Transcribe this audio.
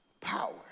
power